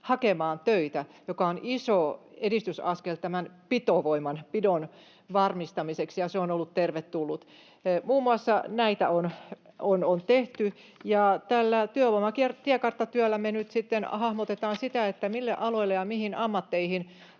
hakemaan töitä, mikä on iso edistysaskel tämän pitovoiman, pidon varmistamiseksi, ja se on ollut tervetullutta. Muun muassa näitä on tehty. Tällä Työvoimatiekartta-työllä me nyt hahmotetaan sitä, mille aloille ja mihin ammatteihin